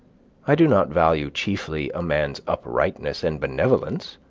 i do not value chiefly a man's uprightness and benevolence,